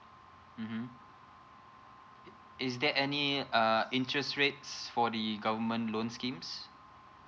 mmhmm is there any uh interest rates for the government loan schemes